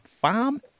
farm